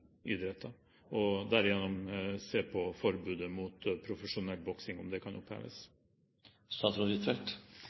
og derigjennom se på om forbudet mot profesjonell boksing